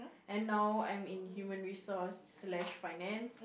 and now I'm in human resource slash finance